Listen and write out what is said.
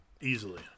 Easily